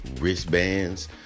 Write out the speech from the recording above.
wristbands